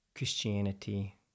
Christianity